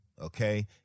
okay